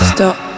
Stop